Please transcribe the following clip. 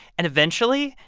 and eventually,